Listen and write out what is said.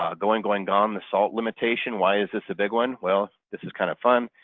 ah going, going, gone the salt limitation, why is this a big one? well this is kind of fun.